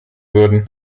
würden